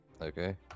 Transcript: Okay